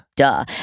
duh